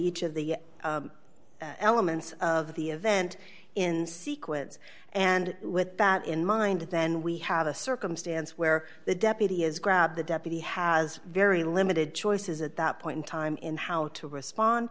each of the elements of the event in sequence and with that in mind then we have a circumstance where the deputy is grabbed the deputy has very limited choices at that point in time in how to respond